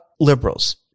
liberals